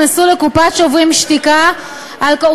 שנכנסו לקופת "שוברים שתיקה" למה החוק לא עוצר את זה?